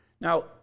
Now